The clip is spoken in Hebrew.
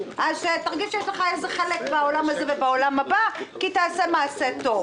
תרגיש שיש לך איזה חלק בעולם הזה ובעולם הבא בכך שתעשה מעשה טוב.